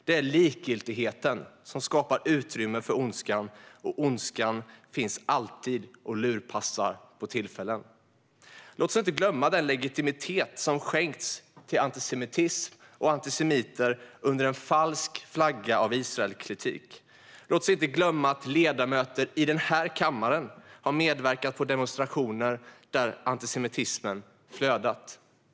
Det är likgiltigheten som skapar utrymme för ondskan, och ondskan lurpassar alltid på oss. Låt oss inte glömma den legitimitet som skänkts till antisemitism och antisemiter under en falsk flagga av Israelkritik. Låt oss inte glömma att ledamöter i denna kammare har medverkat på demonstrationer där antisemitismen flödat.